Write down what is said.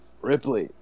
Ripley